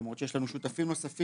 למרות שיש לנו שותפים נוספים.